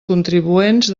contribuents